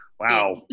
Wow